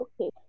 okay